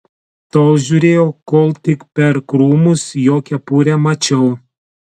tol žiūrėjau kol tik per krūmus jo kepurę mačiau